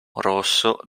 rosso